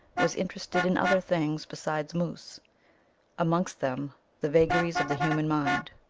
was interested in other things besides moose amongst them the vagaries of the human mind.